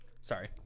Sorry